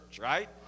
right